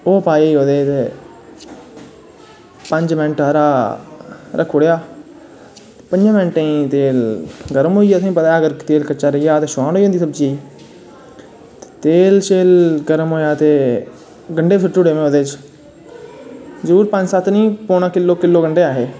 ओह् पाया ओह्दे च ते पंज मैंट हारा रक्खी ओड़ेआ पंजें मैटें चे तेल गर्म होई गेई तुसेंगी पता ऐ तेल कच्चा रेहा जा तां शोहान होई जंदी सब्जिये च तेल शेल गर्म होया ते गंडे सुट्टी ओड़े में ओह्दे च जरूर पंज सत्त किलो पौनां किलो गंडे ऐसे हे